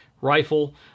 rifle